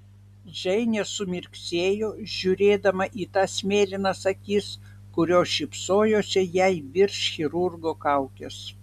džeinė sumirksėjo žiūrėdama į tas mėlynas akis kurios šypsojosi jai virš chirurgo kaukės